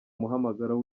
umuhamagaro